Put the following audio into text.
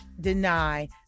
deny